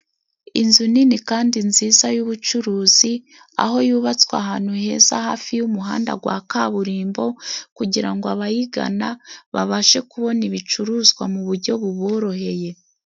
Inzu nini kandi nziza yubucuruzi, aho yubatswe ahantu heza hafi y'umuhanda gwa kaburimbo, kugira ngo abayigana babashe kubona ibicuruzwa mu bujyo buboroheye.